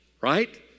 Right